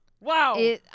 Wow